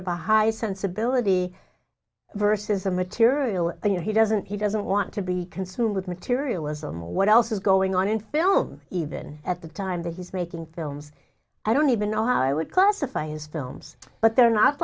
of a high sensibility versus the material you know he doesn't he doesn't want to be consumed with materialism or what else is going on in film even at the time that he's making films i don't even know how i would classify his films but they're not